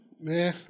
meh